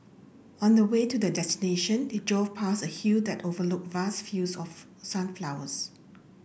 on the way to their destination they drove past a hill that overlooked vast fields of sunflowers